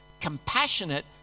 compassionate